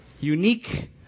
unique